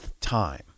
time